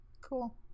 cool